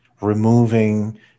removing